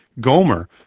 Gomer